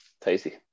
Tasty